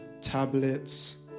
tablets